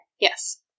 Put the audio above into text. Yes